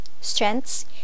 strengths